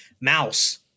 mouse